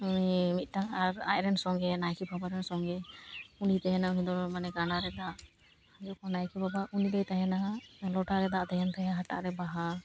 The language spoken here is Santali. ᱩᱱᱤ ᱢᱤᱫᱴᱟᱝ ᱟᱨ ᱟᱡ ᱨᱮᱱ ᱥᱚᱝᱜᱮ ᱱᱟᱭᱠᱮ ᱵᱟᱵᱟ ᱨᱮᱱ ᱥᱚᱝᱜᱮ ᱩᱱᱤ ᱛᱟᱦᱮᱱᱟ ᱩᱱᱤ ᱫᱚ ᱢᱟᱱᱮ ᱠᱟᱸᱰᱟ ᱨᱮ ᱫᱟᱜ ᱱᱟᱭᱠᱮ ᱵᱟᱵᱟ ᱩᱱᱤ ᱫᱚᱭ ᱛᱟᱦᱮᱱᱟ ᱞᱚᱴᱟ ᱨᱮ ᱫᱟᱜ ᱛᱟᱦᱮᱱ ᱛᱟᱦᱮᱸ ᱵᱟᱦᱟ